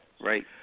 right